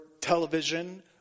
television